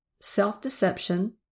Self-Deception